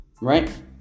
right